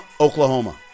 Oklahoma